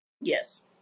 Yes